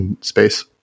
space